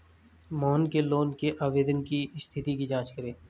मोहन के लोन के आवेदन की स्थिति की जाँच करें